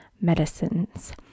medicines